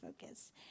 focus